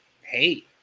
hey